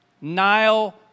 Nile